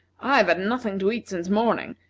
i have had nothing to eat since morning,